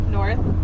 north